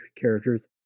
characters